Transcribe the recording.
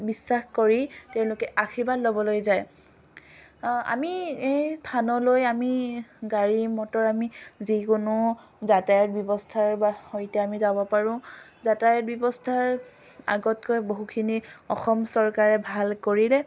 বিশ্বাস কৰি তেওঁলোকে আশীৰ্বাদ ল'বলৈ যায় আমি এই থানলৈ আমি গাড়ী মটৰ আমি যিকোনো যাতায়ত ব্যৱস্থাৰ বা সৈতে আমি যাব পাৰোঁ যাতায়ত ব্যৱস্থাৰ আগতকৈ বহুখিনি অসম চৰকাৰে ভাল কৰিলে